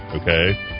okay